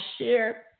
share